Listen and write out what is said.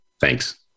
Thanks